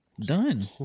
Done